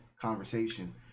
conversation